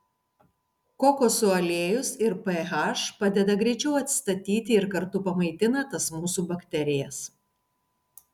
kokosų aliejus ir ph padeda greičiau atstatyti ir kartu pamaitina tas mūsų bakterijas